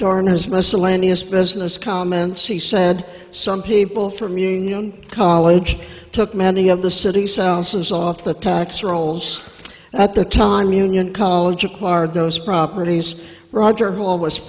dharnas miscellaneous business comments he said some people from union college took many of the city's sounds off the tax rolls at the time union college acquired those properties roger hall was